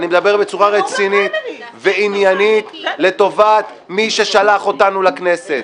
אני מדבר בצורה רצינית ועניינית לטובת מי ששלח אותנו לכנסת.